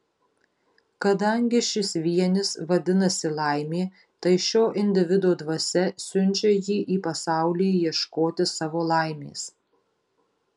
kadangi šis vienis vadinasi laimė tai šio individo dvasia siunčia jį į pasaulį ieškoti savo laimės